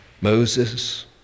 Moses